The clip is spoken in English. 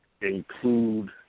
include